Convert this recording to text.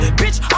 bitch